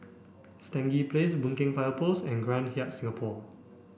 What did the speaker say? Stangee Place Boon Keng Fire Post and Grand Hyatt Singapore